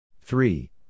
three